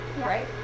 right